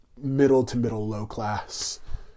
middle-to-middle-low-class